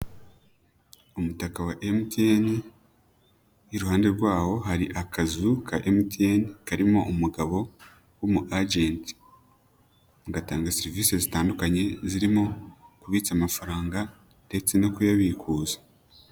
Umutaka wa MTN, iruhande rwaho hari akazu ka MTN karimo umugabo w'umu agent, gatanga serivisi zitandukanye zirimo, kubitsa amafaranga ndetse no kuyabikuza.